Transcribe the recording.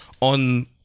on